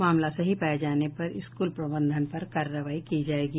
मामला सही पाये जाने पर स्कूल प्रबंधन पर कार्रवाई की जायेगी